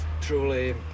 truly